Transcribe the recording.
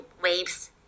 waves